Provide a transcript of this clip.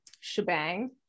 shebang